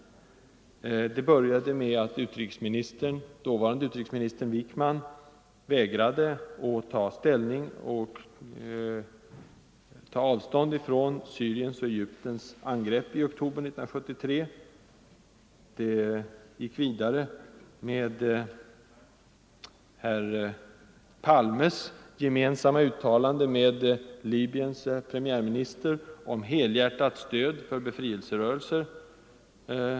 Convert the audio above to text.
Det började med att dåvarande utrikesministern Wickman vägrade att ta ställning till och ta avstånd från Syriens och Egyptens angrepp i oktober 1973. Det fortsatte med herr Palmes och den libyske premiärministerns gemensamma uttalande om helhjärtat stöd för ”befrielserörelser”.